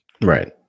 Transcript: Right